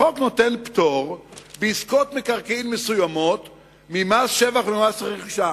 החוק נותן פטור בעסקאות מקרקעין מסוימות ממס שבח וממס רכישה.